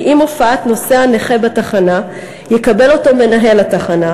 כי עם הופעת נוסע נכה בתחנה יקבל אותו מנהל התחנה,